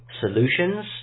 solutions